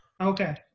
Okay